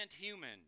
human